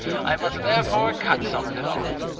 i must therefore cut some of it off.